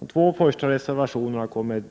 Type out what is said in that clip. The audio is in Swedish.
De två första reservationerna kommer